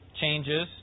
changes